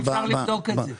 אפשר לבדוק את זה.